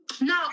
no